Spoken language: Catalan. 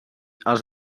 els